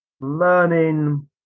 learning